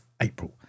April